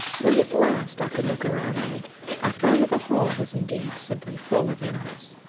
when at last i could look around me i found that the hall was indeed simply full of animals.